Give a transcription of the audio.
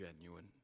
genuine